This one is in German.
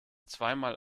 zweimal